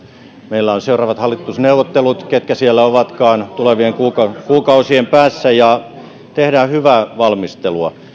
meillä on seuraavat hallitusneuvottelut ketkä siellä ovatkaan tulevien kuukausien kuukausien päässä ja tehdään hyvää valmistelua